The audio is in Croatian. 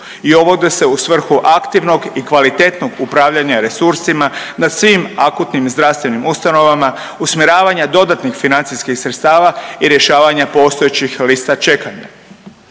i uvode se u svrhu aktivnog i kvalitetnog upravljanja resursima na svim akutnim zdravstvenim ustanovama, usmjeravanja dodatnih financijskih sredstava i rješavanja postojećih lista čekanja.